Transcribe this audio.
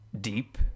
deep